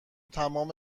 تمام